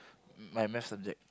my math subject